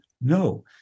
No